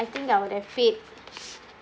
I think I would have paid